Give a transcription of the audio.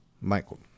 Michael